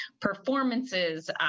performances